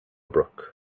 brook